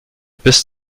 bis